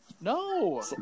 no